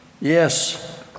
yes